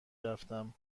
رفتم